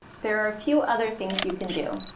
there are a few other things you can do.